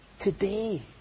today